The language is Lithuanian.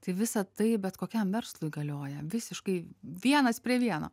tai visą tai bet kokiam verslui galioja visiškai vienas prie vieno